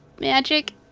magic